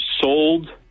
sold